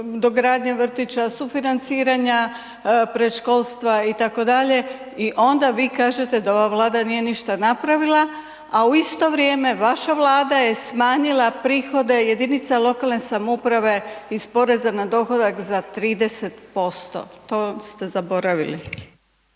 dogradnje vrtića, sufinanciranja predškolstva itd. i onda vi kažete da ova Vlada nije ništa napravila, a u isto vrijeme vaša Vlada je smanjila prihode jedinica lokalne samouprave iz poreza na dohodak za 30%, to ste zaboravili.